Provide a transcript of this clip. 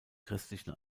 christlichen